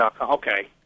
Okay